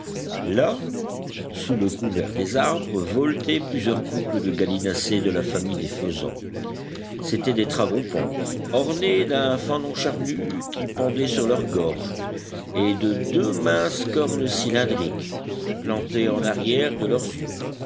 là sous le couvert des arbres voletaient plusieurs couples de gallinacés de la famille des faisans c'étaient des tragopans ornés d'un fanon charnu qui pendait sur leurs gorges et de deux minces cornes cylindriques plantées en arrière de leurs yeux